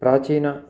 प्राचीने